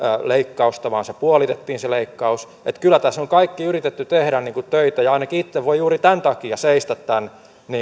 leikkausta vaan se leikkaus puolitettiin kyllä tässä ovat kaikki yrittäneet tehdä töitä ja ainakin itse voin juuri tämän takia seistä tämän